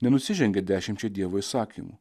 nenusižengė dešimčiai dievo įsakymų